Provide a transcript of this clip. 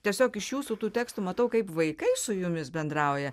tiesiog iš jūsų tų tekstų matau kaip vaikai su jumis bendrauja